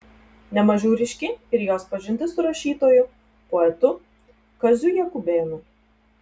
ne mažiau ryški ir jos pažintis su rašytoju poetu kaziu jakubėnu